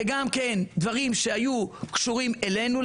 וגם דברים שקשורים אלינו,